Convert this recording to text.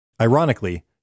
Ironically